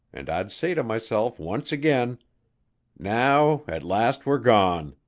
and i'd say to myself once again now at last we're gone!